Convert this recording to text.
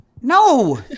No